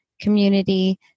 community